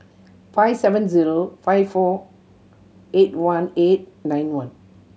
five seven zero five four eight one eight nine one